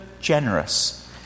generous